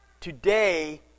Today